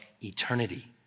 eternity